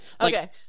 Okay